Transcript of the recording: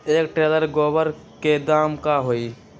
एक टेलर गोबर के दाम का होई?